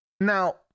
Now